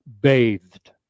bathed